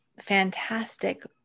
fantastic